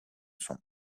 some